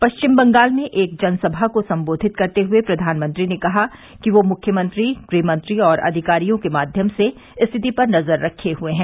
पश्चिम बंगाल में एक जनसभा को संबोधित करते हुए प्रधानमंत्री ने कहा कि वे मुख्यमंत्री गृहमंत्री और अधिकारियों के माध्यम से स्थिति पर नजर रखे हए हैं